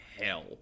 hell